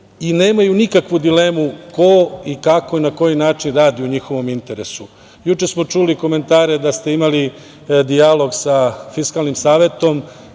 i nemaju nikakvu dilemu ko i kako i na koji način radi u njihovom interesu. Juče smo čuli komentare da ste imali dijalog sa Fiskalnim savetom.